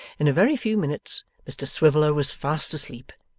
in a very few minutes mr swiviller was fast asleep,